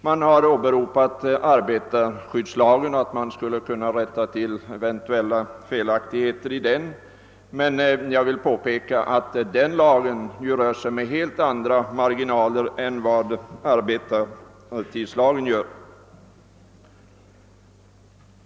Man har åberopat arbetarskyddslagen och påstått att eventuella oformligheter skulle kunna rättas till i den. Men jag vill påpeka att den lagen rör sig med helt andra marginaler än vad arbetstidslagen gör.